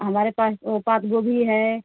हमारे पास वह पात गोभी है